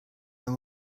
mehr